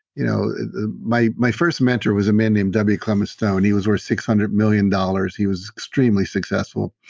you know my my first mentor was a man named w clement stone. he was worth six hundred million dollars. he was extremely successful.